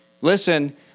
Listen